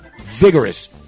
vigorous